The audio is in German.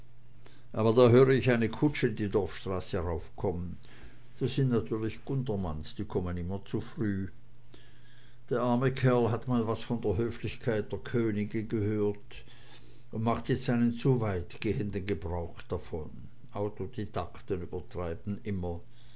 aber da höre ich eine kutsche die dorfstraße raufkommen das sind natürlich gundermanns die kommen immer zu früh der arme kerl hat mal was von der höflichkeit der könige gehört und macht jetzt einen zu weitgehenden gebrauch davon autodidakten übertreiben immer